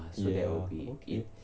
ya okay